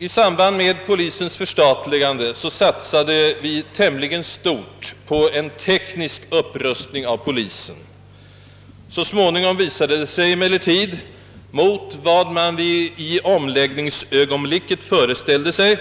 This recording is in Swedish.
I samband med polisens förstatligande satsade vi tämligen stort på en teknisk upprustning av polisen, Så småningom visade det sig emellertid, mot vad man i omläggningsögonblicket föreställde sig,